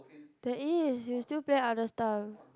there is you still play other stuff